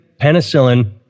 penicillin